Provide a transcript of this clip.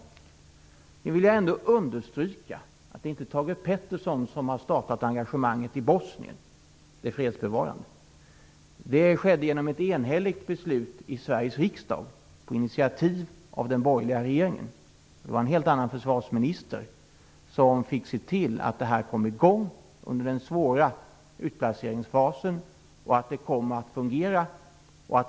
Sedan vill jag understryka att det inte är Thage G Peterson som har startat det fredsbevarande engagemanget i Bosnien. Det skedde genom ett enhälligt beslut i Sveriges riksdag, på initiativ av den borgerliga regeringen. Det var en helt annan försvarsminister som fick se till att det här kom i gång under den svåra utplaceringsfasen och att det kunde fungera.